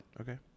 Okay